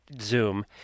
zoom